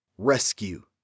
rescue